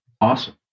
Awesome